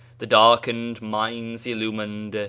the darkened minds illum ined,